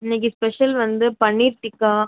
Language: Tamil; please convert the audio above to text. இன்றைக்கு ஸ்பெஷல் வந்து பனீர் டிக்கா